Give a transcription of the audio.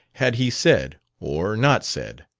had he said, or not said?